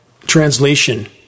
Translation